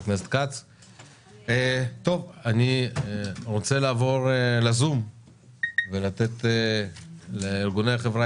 אני רוצה לעבור ל-זום ולאפשר לארגוני החברה